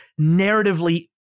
narratively